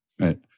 right